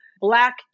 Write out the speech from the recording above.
black